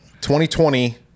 2020